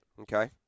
Okay